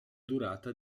durata